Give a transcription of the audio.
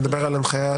אתה מדבר על הנחיית?